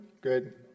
good